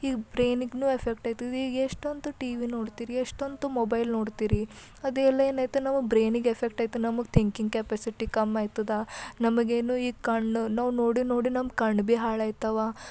ಈಗ ಬ್ರೈನಿಗೂನು ಎಫೆಕ್ಟ್ ಆಯ್ತದ ಈಗ ಎಷ್ಟಂತ ಟಿವಿ ನೋಡ್ತೀರಿ ಎಷ್ಟಂತ ಮೊಬೈಲ್ ನೋಡ್ತೀರಿ ಅದೆಲ್ಲ ಏನೈತೆ ನಮ್ಗೆ ಬ್ರೈನಿಗೆ ಎಫೆಕ್ಟ್ ಆಯ್ತು ನಮ್ಗೆ ತಿಂಕಿಂಗ್ ಕೆಪ್ಯಾಸಿಟಿ ಕಮ್ಮಿ ಆಯ್ತದ ನಮಗೆ ಏನು ಈ ಕಣ್ಣು ನಾವು ನೋಡಿ ನೋಡಿ ನಮ್ಮ ಕಣ್ಣು ಭೀ ಹಾಳಾಯ್ತವ